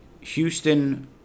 Houston